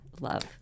love